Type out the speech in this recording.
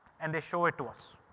and they show it to us.